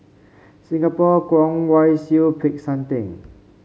Singapore Kwong Wai Siew Peck San Theng